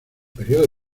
período